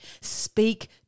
speak